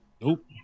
Nope